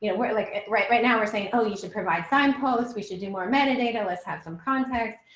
you know we're like it. right. right now, we're saying, oh, you should provide signposts we should do more meta data. let's have some context,